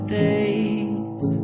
days